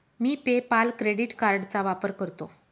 मी PayPal credit कार्डचा वापर करतो